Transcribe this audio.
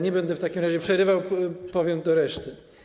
Nie będę w takim razie przerywał, powiem do reszty.